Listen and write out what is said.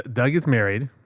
doug is married.